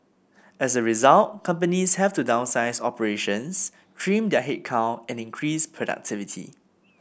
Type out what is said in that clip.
as a result companies have to downsize operations trim their headcount and increase productivity